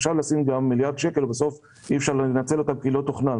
אפשר לשים גם מיליארד שקלים ובסוף אי אפשר לנצל אותם כי לא תוכנן.